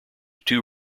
two